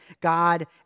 God